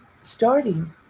starting